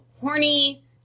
horny